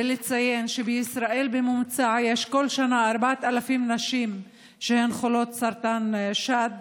ולציין שבישראל בממוצע יש בכל שנה 4,000 נשים שהן חולות סרטן שד.